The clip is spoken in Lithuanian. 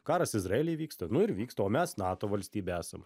karas izraely vyksta nu ir vyksta o mes nato valstybė esam